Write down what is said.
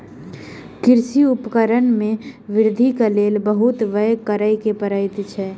कृषि उपकरण में वृद्धि के लेल बहुत व्यय करअ पड़ैत अछि